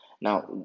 now